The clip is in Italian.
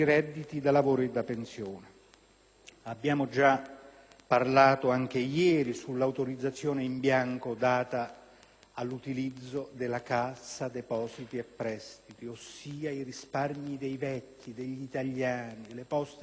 Abbiamo già parlato anche ieri dell'autorizzazione in bianco data all'utilizzo della Cassa depositi e prestiti, ossia ai risparmi dei vecchi, degli italiani. Infatti le Poste stanno anche dove non ci sono le banche,